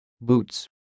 boots